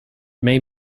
may